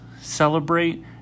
celebrate